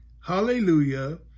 hallelujah